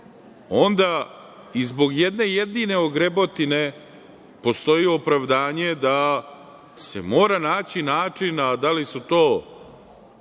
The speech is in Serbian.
onda i zbog jedne jedine ogrebotine postoji opravdanje da se mora naći način, a da li su to